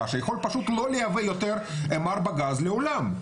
שיכול פשוט לא לייבא יותר M4 גז לעולם.